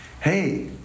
hey